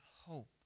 hope